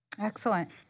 Excellent